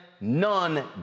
None